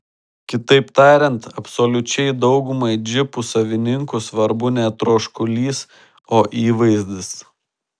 kitaip tariant absoliučiai daugumai džipų savininkų svarbu ne troškulys o įvaizdis